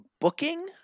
booking